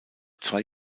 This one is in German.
zwei